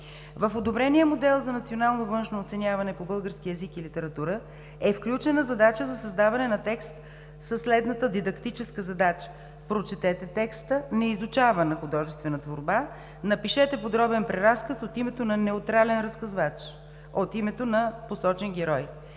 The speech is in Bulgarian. В одобрения модел за национално външно оценяване по български език и литература е включена задача за създаване на текст със следната дидактическа задача: „Прочетете текста по неизучавана художествена творба, напишете подробен преразказ от името на неутрален разказвач, от името на посочен герой.“